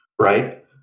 right